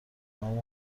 نام